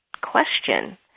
question